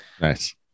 nice